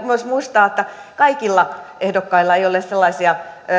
myös muistaa että kaikilla ehdokkailla ei ole sellaisia